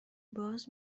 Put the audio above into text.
باز